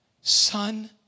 Son